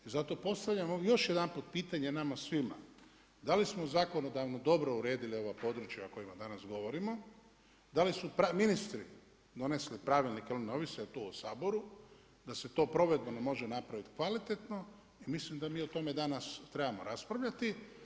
I zato postavljamo još jedanput pitanje nama svima da li smo zakonodavno dobro uredili ova područja o kojima danas govorimo, da li su ministri donesli pravilnike jer oni ne ovise tu o Saboru, da se to provedbeno napraviti kvalitetno i mislim da mi o tome danas trebamo raspravljati.